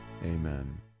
Amen